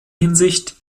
hinsicht